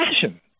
passion